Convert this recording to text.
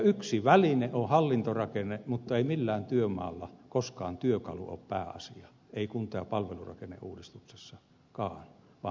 yksi väline on hallintorakenne mutta ei millään työmaalla koskaan työkalu ole pääasia ei kunta ja palvelurakenneuudistuksessa kahakka